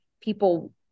People